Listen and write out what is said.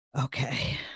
okay